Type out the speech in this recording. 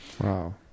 Wow